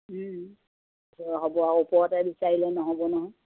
হ'ব আৰু ওপৰতে বিচাৰিলে নহ'ব নহয়